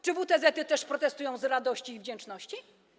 Czy WTZ-y też protestują z radości i wdzięczności?